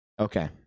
Okay